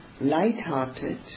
light-hearted